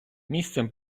місцем